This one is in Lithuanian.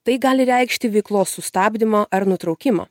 tai gali reikšti veiklos sustabdymo ar nutraukimo